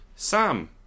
Sam